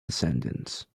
descendants